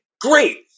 Great